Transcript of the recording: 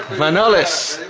manolis,